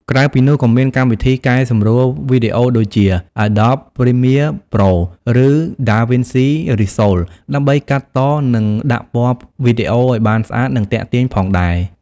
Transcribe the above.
ក្រៅពីនោះក៏មានកម្មវិធីកែសម្រួលវីដេអូដូចជា Adobe Premiere Pro ឬ DaVinci Resolve ដើម្បីកាត់ត និងដាក់ពណ៌វីដេអូឲ្យបានស្អាត និងទាក់ទាញផងដែរ។